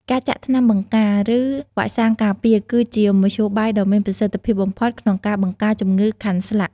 ការចាក់ថ្នាំបង្ការ ឬ វ៉ាក់សាំងការពារ គឺជាមធ្យោបាយដ៏មានប្រសិទ្ធភាពបំផុតក្នុងការបង្ការជំងឺខាន់ស្លាក់។